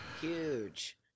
Huge